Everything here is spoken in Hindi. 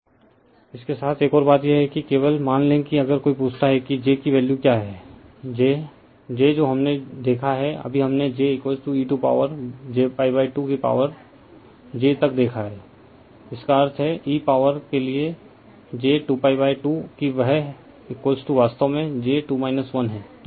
रिफर स्लाइड टाइम 3629 इसके साथ एक और बात यह है कि केवल मान लें कि अगर कोई पूछता है कि j कि वैल्यू क्या है j j जो हमने देखा है अभी हमने j e to power j π2 की पॉवर j तक देखा है इसका अर्थ है e पॉवर के लिए j 2π2 कि वह वास्तव में j 2 1 है